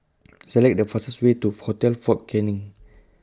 Select The fastest Way to Hotel Fort Canning